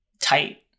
tight